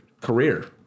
career